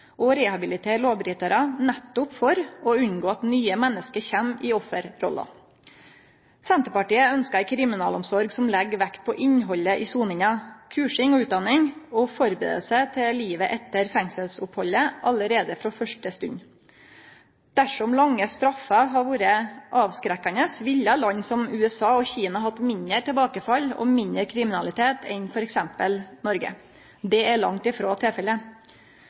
og rehabilitere lovbrytarar nettopp for å unngå at nye menneske kjem i offerrolla. Senterpartiet ønskjer ei kriminalomsorg som legg vekt på innhaldet i soninga, kursing og utdanning og førebuing til livet etter fengselsopphaldet allereie frå første stund. Dersom lange straffer hadde vore avskrekkande, ville land som USA og Kina hatt mindre tilbakefall og mindre kriminalitet enn f.eks. Noreg. Det er langt frå tilfellet.